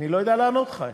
אני לא יודע לענות לך.